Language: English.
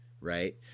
right